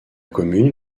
commune